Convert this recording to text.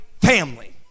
family